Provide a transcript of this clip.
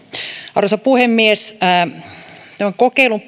arvoisa puhemies tämän kokeilun